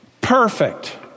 Perfect